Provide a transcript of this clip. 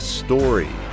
story